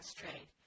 trade